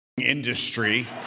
industry